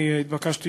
אני התבקשתי